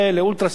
לאולטרה-סאונד,